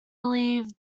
believe